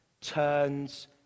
turns